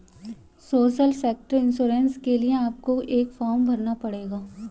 social sector insurance के लिए आपको एक फॉर्म भरना पड़ेगा